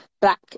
black